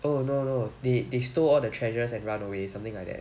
oh no no they they stole all the treasures and run away something like that